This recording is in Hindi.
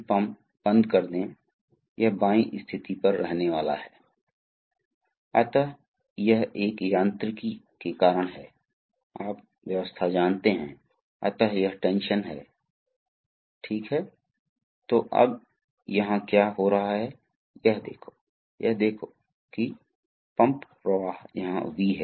इसलिए हमारे पास विभिन्न प्रकार के दिशात्मक वाल्व हैं हम इन तीनों को देखने जा रहे हैं इसलिए पहलावन वे चेक वाल्व है दूसरा टू वे वाल्व है और तीसरे को फोर वे वाल्व कहा जाता है